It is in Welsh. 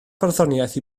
barddoniaeth